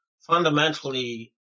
fundamentally